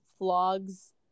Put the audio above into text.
vlogs